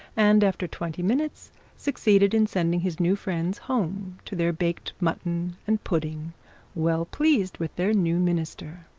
and after twenty minutes succeeded in sending his new friends home to their baked mutton and pudding well pleased with their new minister.